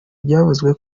byavuzwe